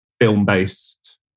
film-based